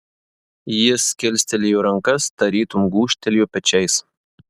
jis kilstelėjo rankas tarytum gūžtelėjo pečiais